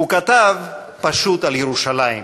הוא כתב פשוט על ירושלים.